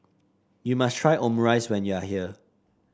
you must try Omurice when you are here